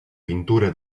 pintura